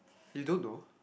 you don't know